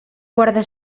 guarda